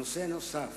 נושא נוסף,